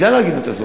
בגלל ההגינות הזאת,